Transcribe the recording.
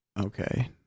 Okay